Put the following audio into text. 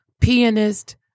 pianist